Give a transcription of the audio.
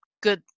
good